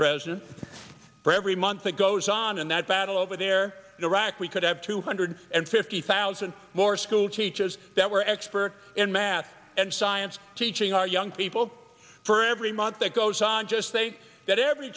president for every month that goes on in that battle over there in iraq we could have two hundred and fifty thousand more school teachers that were expert in math and science teaching our young people for every month that goes on just say that every